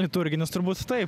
liturginis turbūt taip